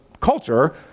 culture